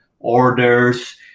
Orders